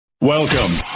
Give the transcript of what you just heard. Welcome